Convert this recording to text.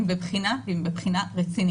הם בבחינה רצינית.